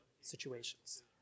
situations